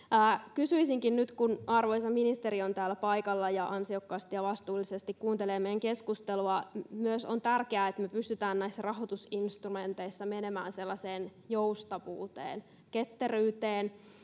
kysyisinkin nyt kun arvoisa ministeri on täällä paikalla ja ansiokkaasti ja vastuullisesti kuuntelee meidän keskusteluamme on myös tärkeää että pystymme näissä rahoitusinstrumenteissa menemään sellaiseen joustavuuteen ketteryyteen